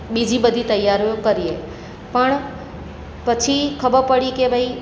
બીજી બધી તૈયારીઓ કરીએ પણ પછી ખબર પડી કે ભાઈ